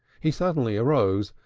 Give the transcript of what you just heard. he suddenly arose,